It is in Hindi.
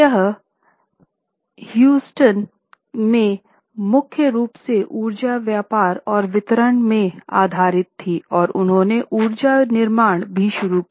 यह ह्यूस्टन में मुख्य रूप से ऊर्जा व्यापार और वितरण में आधारित थी और उन्होंने ऊर्जा निर्माण भी शुरू किया